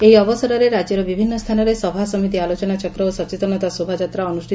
ଏହି ଅବସରରେ ରାକ୍ୟର ବିଭିନ୍ନ ସ୍ସାନରେ ସଭା ସମିତି ଆଲୋଚନାଚକ୍ର ଓ ସଚେତନତା ଶୋଭାଯାତ୍ରା ଅନୁଷ୍ଠିତ ହେଉଛି